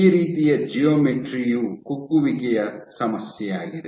ಈ ರೀತಿಯ ಜಿಯೋಮೆಟ್ರಿ ಯು ಕುಗ್ಗುವಿಕೆಯ ಸಮಸ್ಯೆಯಾಗಿದೆ